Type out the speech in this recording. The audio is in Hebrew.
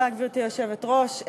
גברתי היושבת-ראש,